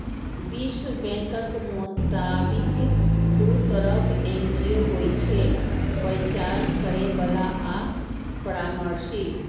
विश्व बैंकक मोताबिक, दू तरहक एन.जी.ओ होइ छै, परिचालन करैबला आ परामर्शी